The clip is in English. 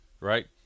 right